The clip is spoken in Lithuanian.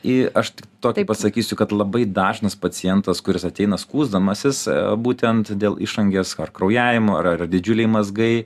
į aš to taip pasakysiu kad labai dažnas pacientas kuris ateina skųsdamasis būtent dėl išangės kraujavimo ar ar didžiuliai mazgai